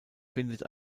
findet